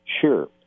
sure